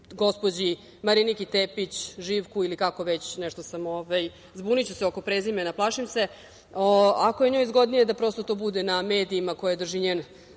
gospođi Mariniki Tepić, Živku, ili kako već, zbuniću se oko prezimena, plašim se, ako je njoj zgodnije da to bude na medijima koje drži njen